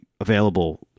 available